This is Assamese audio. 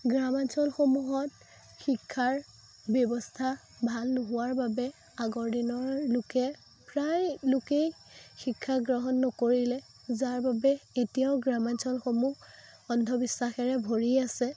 গ্ৰামাঞ্চলসমূহত শিক্ষাৰ ব্যৱস্থা ভাল নোহোৱাৰ বাবে আগৰ দিনৰ লোকে প্ৰায় লোকেই শিক্ষা গ্ৰহণ নকৰিলে যাৰ বাবে এতিয়াও গ্ৰামাঞ্চলসমূহ অন্ধবিশ্বাসেৰে ভৰি আছে